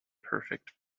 perfect